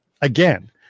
again